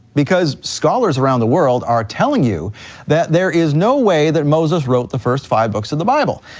because scholars around the world are telling you that there is no way that moses wrote the first five books of the bible.